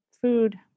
food